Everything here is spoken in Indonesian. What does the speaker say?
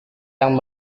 yang